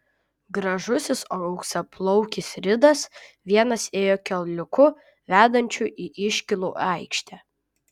gražusis auksaplaukis ridas vienas ėjo keliuku vedančiu į iškylų aikštę